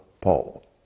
Paul